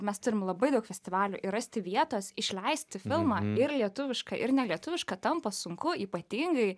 mes turim labai daug festivalių ir rasti vietos išleisti filmą ir lietuvišką ir nelietuvišką tampa sunku ypatingai